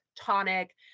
tonic